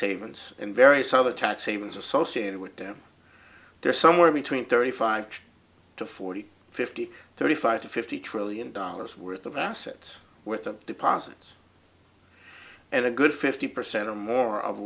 havens and various other tax havens associated with them they're somewhere between thirty five to forty fifty thirty five to fifty trillion dollars worth of assets worth of deposits and a good fifty percent or more of